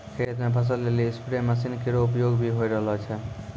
खेत म फसल लेलि स्पेरे मसीन केरो उपयोग भी होय रहलो छै